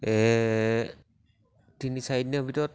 এই তিনি চাৰিদিনৰ ভিতৰত